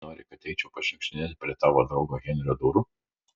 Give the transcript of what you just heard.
nori kad eičiau pašniukštinėti prie tavo draugo henrio durų